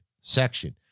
section